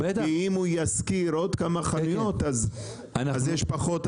כי אם הוא ישכור עוד כמה חנויות אז יש פחות עסקים.